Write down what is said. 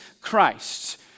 Christ